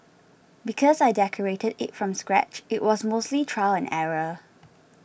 because I decorated it from scratch it was mostly trial and error